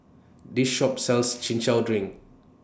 This Shop sells Chin Chow Drink